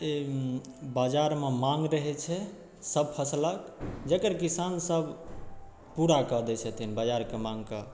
बजारमे माङ्ग रहैत छै सब फसलक जकर किसान सब पूरा कऽ दै छथिन बाजार कऽ माङ्ग कऽ